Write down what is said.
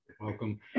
Welcome